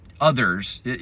others